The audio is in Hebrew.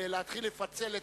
נשמח להתחיל מייד את